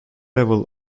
level